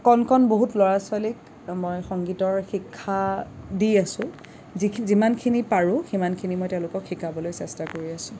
কণ কণ বহুত ল'ৰা ছোৱালীক মই সংগীতৰ শিক্ষা দি আছোঁ যিখিনি যিমানখিনি পাৰোঁ সিমানখিনি মই তেওঁলোকক শিকাবলৈ চেষ্টা কৰি আছোঁ